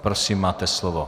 Prosím, máte slovo.